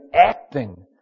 acting